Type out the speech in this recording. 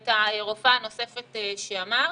ואת הרופאה הנוספת שאמרת.